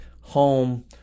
home